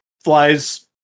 Flies